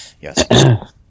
Yes